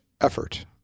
effort